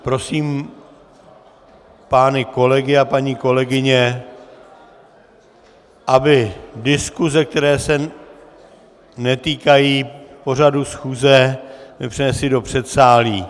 Prosím pány kolegy a paní kolegyně, aby diskuse, které se netýkají pořadu schůze, přenesli do předsálí.